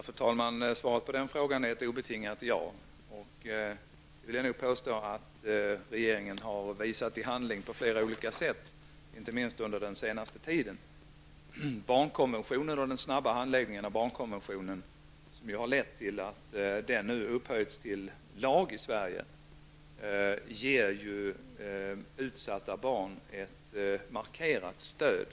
Fru talman! Svaret på frågan är ett obetingat ja. Jag vill nog påstå att regeringen visat det i handling på flera olika sätt, inte minst under den senaste tiden. Den snabba handläggningen av barnkonventionen har lett till att den upphöjts till lag i Sverige. Det ger de utsatta barnen ett markerat stöd.